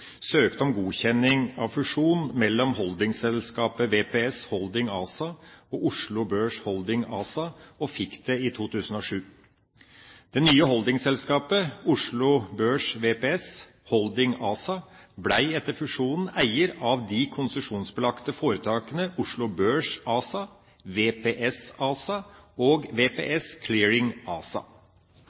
søkte om godkjenning av fusjon mellom holdingsselskapet VPS Holding ASA og Oslo Børs Holding ASA og fikk det i 2007. Det nye holdingselskapet Oslo Børs VPS Holding ASA ble etter fusjonen eier av de konsesjonsbelagte foretakene Oslo Børs ASA, VPS ASA og VPS Clearing ASA.